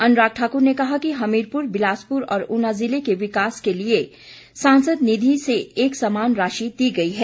अनुराग ठाकुर ने कहा कि हमीरपुर बिलासपुर और ऊना जिले के विकास के लिए सांसद निधि से एक समान राशि दी गई है